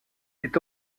est